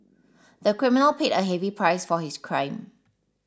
the criminal paid a heavy price for his crime